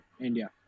India